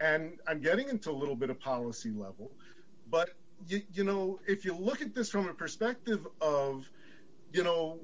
and i'm getting into a little bit of policy level but you know if you look at this from a perspective of you know